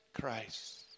Christ